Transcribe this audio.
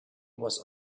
was